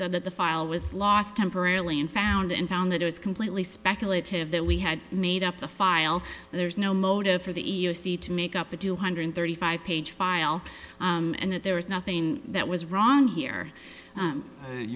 said that the file was lost temporarily and found in found that it was completely speculative that we had made up the file there's no motive for the e e o c to make up a two hundred thirty five page file and that there was nothing that was wrong here